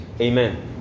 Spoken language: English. Amen